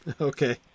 okay